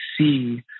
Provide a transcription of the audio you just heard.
see